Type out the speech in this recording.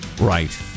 Right